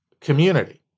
community